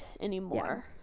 anymore